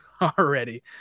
already